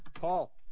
Paul